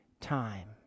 time